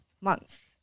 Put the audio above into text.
months